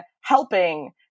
helping